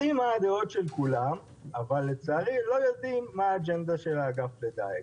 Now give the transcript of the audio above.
יודעים מה הדעות של כולם אבל לצערי לא יודעים מה האג'נדה של אגף הדיג.